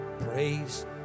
Praise